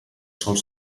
sol